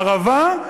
הערבה,